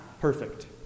perfect